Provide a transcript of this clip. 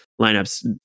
lineups